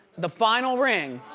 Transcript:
the final ring,